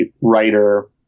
writer